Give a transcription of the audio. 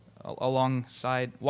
alongside